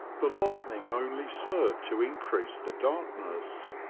the lightning only served to increase the darkness.